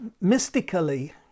mystically